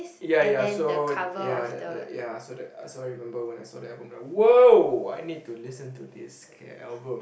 ya ya so ya the the ya so that I still remember when I saw their album [wah] I need to listen to this album